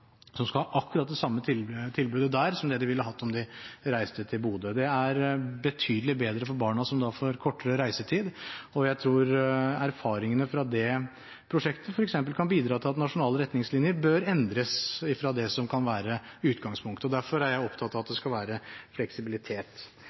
som skal ha akkurat det samme tilbudet der som de ville hatt om de reiste til Bodø. Det er betydelig bedre for barna som da får kortere reisetid, og jeg tror erfaringene fra det prosjektet f.eks. kan bidra til at nasjonale retningslinjer bør endres fra det som kan være utgangspunktet. Derfor er jeg opptatt av at